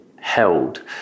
held